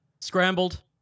Scrambled